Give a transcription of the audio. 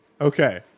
Okay